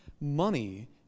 money